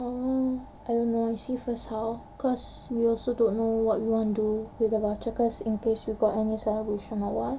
oh I don't know I see first how cause we also don't know what we want to do with the vouchers cause in case we got any celebration or what